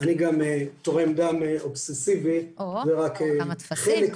אני גם תורם דם אובססיבי -- או-הו, כמה טפסים.